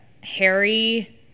Harry